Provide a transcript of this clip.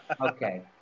Okay